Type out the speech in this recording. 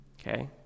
Okay